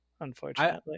Unfortunately